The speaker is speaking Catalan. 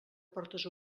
portes